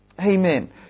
Amen